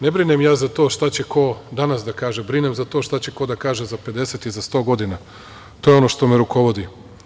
Ne brinem ja za to šta će ko danas da kaže, brinem za to šta će ko da kaže za 50 i za 100 godina, to je ono što me rukovodi.